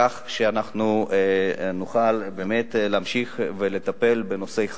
כך שנוכל להמשיך ולטפל בנושאי חלל,